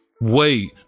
Wait